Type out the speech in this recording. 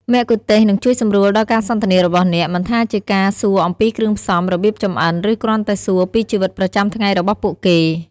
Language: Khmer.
មគ្គុទ្ទេសក៍នឹងជួយសម្រួលដល់ការសន្ទនារបស់អ្នក មិនថាជាការសួរអំពីគ្រឿងផ្សំ របៀបចម្អិន ឬគ្រាន់តែសួរពីជីវិតប្រចាំថ្ងៃរបស់ពួកគេ។